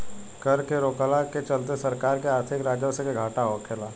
कर के रोकला के चलते सरकार के आर्थिक राजस्व के घाटा होखेला